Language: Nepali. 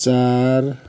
चार